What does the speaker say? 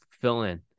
fill-in